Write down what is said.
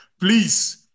please